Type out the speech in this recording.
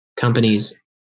companies